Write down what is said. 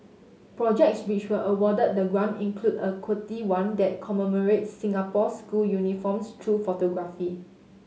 projects which were awarded the grant include a quirky one that commemorates Singapore's school uniforms through photography